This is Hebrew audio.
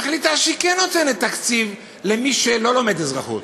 מחליטה שהיא כן נותנת תקציב למי שלא לומד אזרחות.